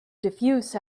diffuse